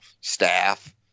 staff